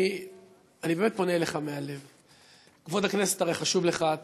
אני באמת פונה אליך מהלב: כבוד הכנסת הרי חשוב לך,